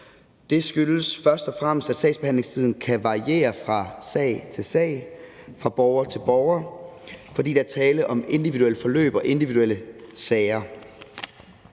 Det skyldes først og fremmest, at sagsbehandlingstiden kan variere fra sag til sag og fra borger til borger, fordi der er tale om individuelle forløb og individuelle sager.